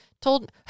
told